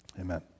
Amen